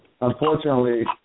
unfortunately